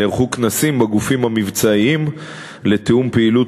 נערכו כנסים בגופים המבצעיים לתיאום פעילות